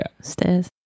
stairs